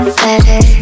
better